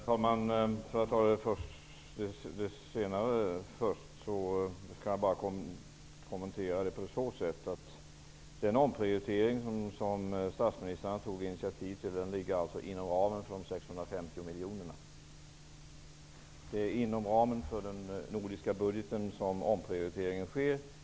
Herr talman! Låt mig ta upp det senare först och bara kommentera det med den anmärkningen att den omprioritering som statsministrarna tog initiativ till ligger inom ramen för den nordiska budgeten om 650 miljoner kronor.